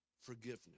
forgiveness